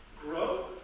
grow